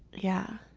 yeah.